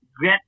get